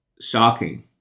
shocking